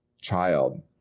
child